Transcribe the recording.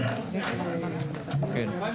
הישיבה ננעלה בשעה 16:43.